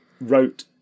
wrote